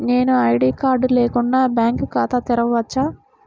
నేను ID card లేకుండా bank ఖాతా తెరవచ్చా?